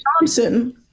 Thompson